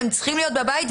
הם צריכים להיות בבית,